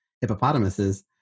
hippopotamuses